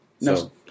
No